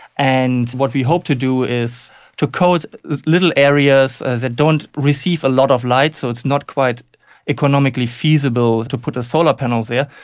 and what we hope to do is to coat little areas that don't receive a lot of light, so it's not quite economically feasible to put a solar panel there,